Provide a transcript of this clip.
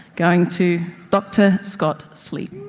going to dr scott sleap.